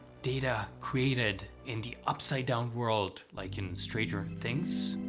data created in the upside-down world like in stranger and things?